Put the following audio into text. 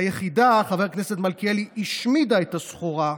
היחידה, חבר הכנסת מלכיאלי, השמידה את הסחורה,